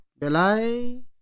Belai